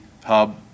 hub